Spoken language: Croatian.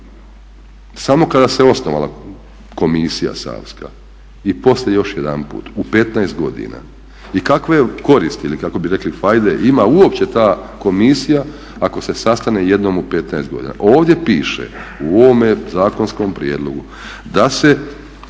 Samo kada se osnovala komisija Savska i poslije još jedanput u 15 godina. I kakve koristi ili kako bi rekli fajde ima uopće ta komisija ako se sastane jednom u 15 godina? Ovdje piše u ovome zakonskom prijedlogu da se